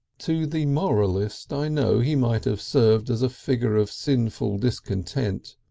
to the moralist i know he might have served as a figure of sinful discontent,